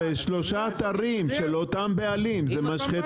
מה זה משנה כמה משחטות?